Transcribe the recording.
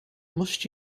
must